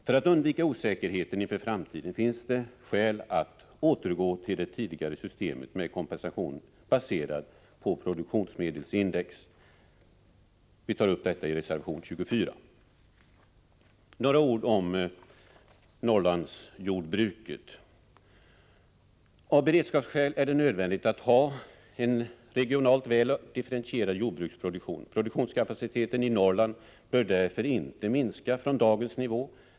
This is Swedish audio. För att undvika osäkerheten inför framtiden finns det emellertid skäl att också formellt återgå till det tidigare systemet med kompensation baserad på produktionsmedelsindex. Vi tar upp detta i reservation 24. Så några ord om Norrlandsjordbruket. Av beredskapsskäl är det nödvändigt att ha en regionalt väl differentierad jordbruksproduktion. Produktionskapaciteten i Norrland bör därför inte minska från dagens nivå.